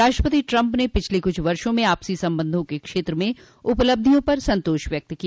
राष्ट्रपति ट्रंप ने पिछले कुछ वर्षों में आपसी संबंधों के क्षेत्र में उपलब्धियों पर संतोष व्यक्त किया